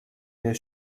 der